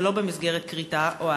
ולא במסגרת כריתה או העתקה.